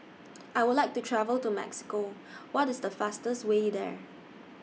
I Would like to travel to Mexico What IS The fastest Way There